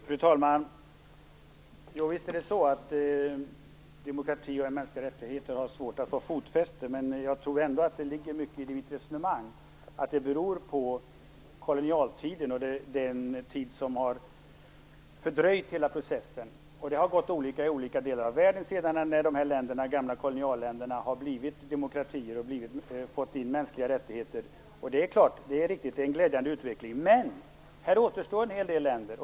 Fru talman! Visst har demokrati och mänskliga rättigheter svårt att få fotfäste, men jag tror ändå att det ligger mycket i mitt resonemang. Det beror på kolonialtiden och den tid som har fördröjt hela processen. Utvecklingen har varit olika i olika delar av världen när dessa gamla kolonialländer har blivit demokratier och börjat arbeta med mänskliga rättigheter. Det är en glädjande utveckling. Men det återstår en hel del länder.